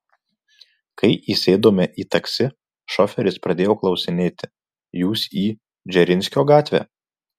kai įsėdome į taksi šoferis pradėjo klausinėti jūs į dzeržinskio gatvę